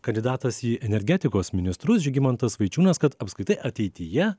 kandidatas į energetikos ministrus žygimantas vaičiūnas kad apskritai ateityje